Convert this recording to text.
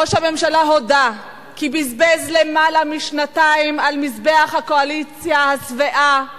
ראש הממשלה הודה כי בזבז יותר משנתיים על מזבח הקואליציה השבעה,